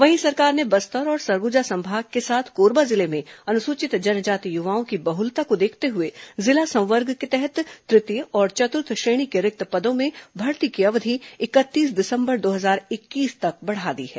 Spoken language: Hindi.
वहीं सरकार ने बस्तर और सरगुजा संभाग के साथ कोरबा जिले में अनुसूचित जनजाति युवाओं की बहुलता को देखते हुए जिला संवर्ग के तहत तृतीय और चतुर्थ श्रेणी के रिक्त पदों में भर्ती की अवधि इकतीस दिसम्बर दो हजार इक्कीस तक बढ़ा दी है